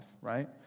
right